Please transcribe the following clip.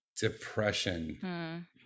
depression